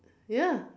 ya